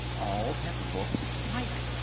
all had looked alike.